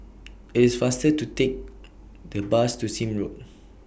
IT IS faster to Take The Bus to Sime Road